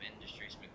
industries